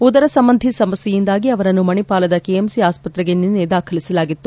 ಉದರ ಸಂಬಂಧಿ ಸಮಸ್ಥೆಯಿಂದಾಗಿ ಅವರನ್ನು ಮಣಿಪಾಲದ ಕೆಎಂಸಿ ಆಸ್ತತ್ರೆಗೆ ನಿನ್ನೆ ದಾಖಲಿಸಲಾಗಿತ್ತು